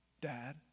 dad